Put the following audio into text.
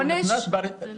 הוא נכנס --- עונש?